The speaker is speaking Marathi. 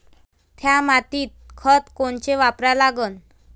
थ्या मातीत खतं कोनचे वापरा लागन?